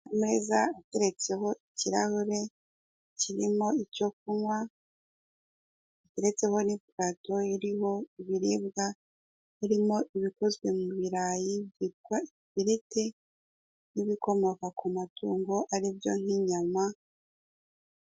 Ameza ateretseho ikirahure kirimo icyo kunywa, ateretseho n'iparato iriho ibiribwa birimo ibikozwe mu birayi byitwa ifiriti n'ibikomoka ku matungo ari byo nk'inyama.